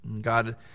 God